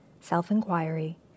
self-inquiry